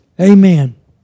Amen